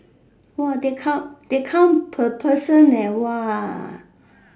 !wah! they come they count per person leh !wah!